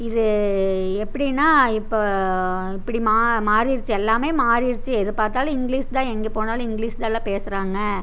இது எப்படினா இப்போ இப்படி மா மா மாறிருச்சு எல்லாமே மாறிருச்சு எது பார்த்தாலும் இங்லீஷு தான் எங்கே போனாலும் இங்லீஷ் தான் எல்லா பேசுகிறாங்க